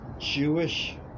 Jewish